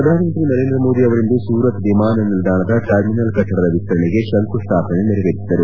ಪ್ರಧಾನಮಂತ್ರಿ ನರೇಂದ್ರ ಮೋದಿ ಅವರಿಂದು ಸೂರತ್ ವಿಮಾನ ನಿಲ್ದಾಣದ ಟರ್ಮಿನಲ್ ಕಟ್ಟಡದ ವಿಸ್ತರಣೆಗೆ ಶಂಕುಸ್ನಾಪನೆ ನೆರವೇರಿಸಿದರು